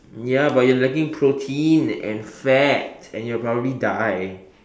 ya but you're lacking protein and fat and you'll probably die